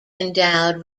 endowed